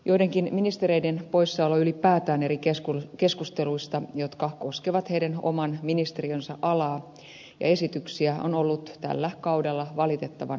joidenkin ministereiden poissaolo ylipäätään eri keskusteluista jotka koskevat heidän oman ministeriönsä alaa ja esityksiä on ollut tällä kaudella valitettavan yleistä